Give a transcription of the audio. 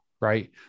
Right